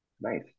Nice